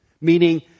meaning